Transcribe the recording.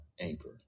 anchor